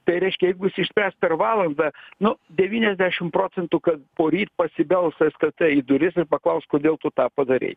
tai reiškia jeigu išsispręs per valandą nu devyniasdešim procentų kad poryt pasibels stt į duris ir paklaus kodėl tu tą padarei